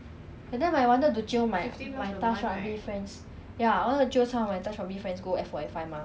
forty nine dollars but you only can go seven times eh or less ah 很贵 leh